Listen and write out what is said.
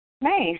Nice